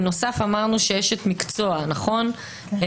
בנוסף יכול להופיע אשת מקצוע טיפולי.